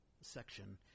section